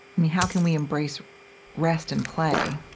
mean, how can we embrace rest and play